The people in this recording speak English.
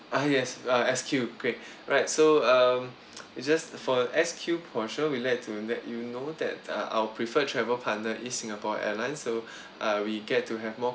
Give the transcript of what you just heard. uh yes uh S_Q great alright so um it's just for S_Q for sure we glad to let you know that uh our preferred travel partner is singapore airlines so uh we get to have more